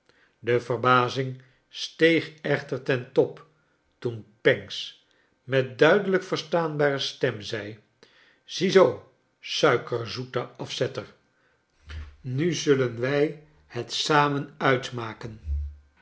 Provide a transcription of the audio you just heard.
de verbazing steeg echter ten top toen pancks met duidelijk verstaanbare stem zeide ziezoo suikerzoete afzetter nu zullen wij het samen uitmaken